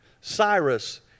Cyrus